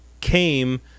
came